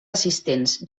assistents